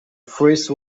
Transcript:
freeze